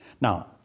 Now